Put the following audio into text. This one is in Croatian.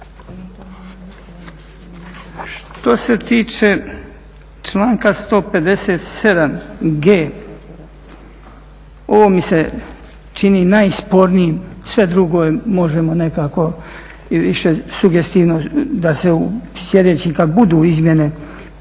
Što se tiče članka 157.g ovo mi se čini najspornijim sve drugo možemo nekako i više sugestivno da se sljedeći kada budu izmjene